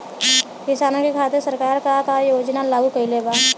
किसानन के खातिर सरकार का का योजना लागू कईले बा?